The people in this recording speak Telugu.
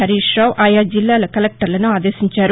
హరీష్రావు ఆయా జిల్లాల కలెక్టర్లను ఆదేశించారు